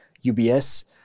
UBS